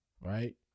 right